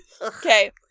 okay